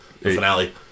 finale